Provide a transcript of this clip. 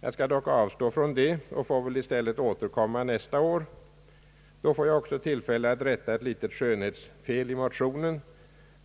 Jag. skall dock. avstå från det . och får väl i stället. återkomma nästa år. Då får jag också tillfälle att rätta ett litet skönhetsfel i' motionen.